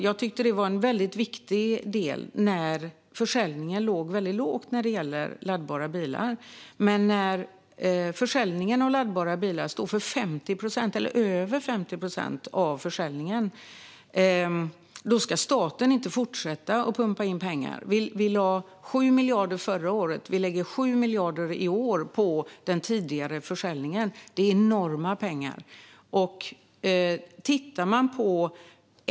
Jag tyckte att det var en väldigt viktig del när försäljningen av laddbara bilar låg väldigt lågt. Men när försäljningen av laddbara bilar står för 50 procent eller över 50 procent av försäljningen ska staten inte fortsätta att pumpa in pengar. Vi lade 7 miljarder förra året. Vi lägger 7 miljarder i år på den tidigare försäljningen. Det är enorma pengar.